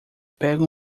pega